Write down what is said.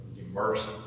immersed